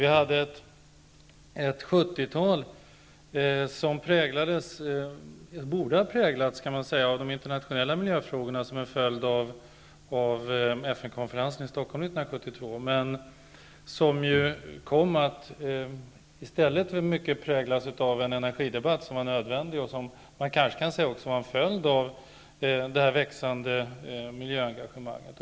Vi har haft ett 70-tal som borde ha präglats av de internationella miljöfrågorna som en följd av FN konferensen i Stockholm 1972 men som i stället kom att i mycket präglas av en energidebatt som var nödvändig och som man kanske också kan säga var en följd av det växande miljöengagemanget.